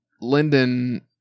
Linden